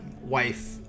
wife